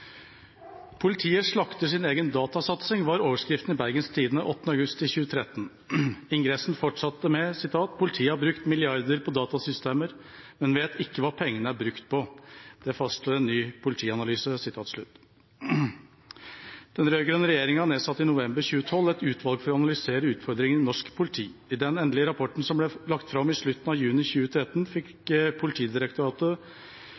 politiet, nytt nødnett, Nav, Statens vegvesen – det mangler ikke på eksempler. Elektronisk meldingsutveksling kommer neppe til å bli det siste eksemplet. «Politiet slakter sin egen datasatsing» – det var overskriften i Bergens Tidende den 8. august 2013. Ingressen fortsatte med: «Politiet har brukt milliarder på datasystemer, men vet ikke hva pengene er brukt på. Det fastslår en ny politianalyse.» Den rød-grønne regjeringa nedsatte i november 2012 et utvalg for å analysere utfordringene i norsk politi. I den